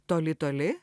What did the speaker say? toli toli